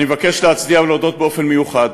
אני מבקש להצדיע ולהודות באופן מיוחד